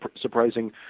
surprising